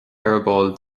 eireaball